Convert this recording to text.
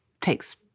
takes